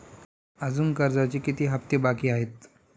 अजुन कर्जाचे किती हप्ते बाकी आहेत?